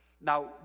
Now